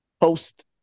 post